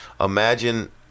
imagine